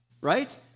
right